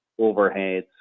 overheads